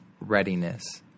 readiness